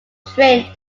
train